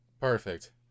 Perfect